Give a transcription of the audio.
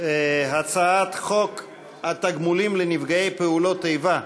הצעת חוק התגמולים לנפגעי פעולות איבה,